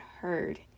heard